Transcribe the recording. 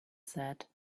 said